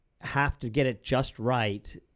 have-to-get-it-just-right